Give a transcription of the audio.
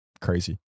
crazy